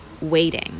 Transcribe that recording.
waiting